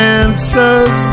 answers